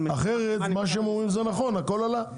אחרת מה שהם אומרים זה נכון, הכול עלה.